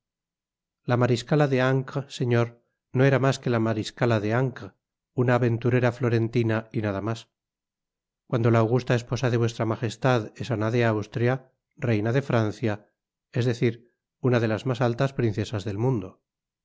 la mariscala de ancre señor no era mas que la maríscala de ancre una aventurera florentina y nada mas cuando la augusta esposa de v m es ana de austria reiua de francia es decir una de las mas altas princesas del mundo